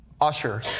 usher